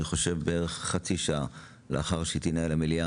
בערך חצי שעה לאחר שתנעל המליאה,